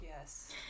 yes